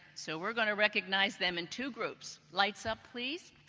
so we're going to recognize them in two groups. lights up please.